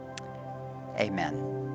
Amen